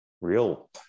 real